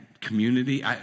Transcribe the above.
community